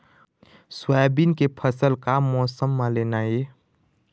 Soybean के फसल का मौसम म लेना ये?